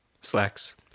slacks